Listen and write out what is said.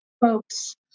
folks